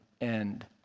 end